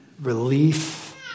relief